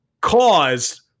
caused